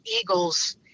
Eagles